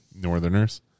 northerners